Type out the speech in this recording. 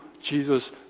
Jesus